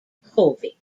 colby